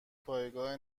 پایگاه